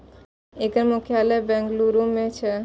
एकर मुख्यालय बेंगलुरू मे छै